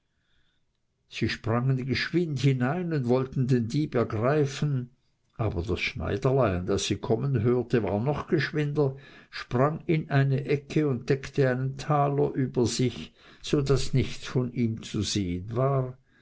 sie sprangen geschwind hinein und wollten den dieb greifen aber das schneiderlein das sie kommen hörte war noch geschwinder sprang in eine ecke und deckte einen taler über sich so daß nichts von ihm zu sehen war